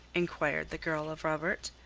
inquired the girl of robert.